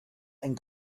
and